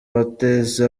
bateza